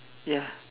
ya